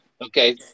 Okay